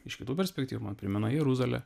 iš kitų perspektyvų man primena jeruzalę